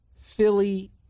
Philly